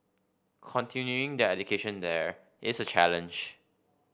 continuing their education there is a challenge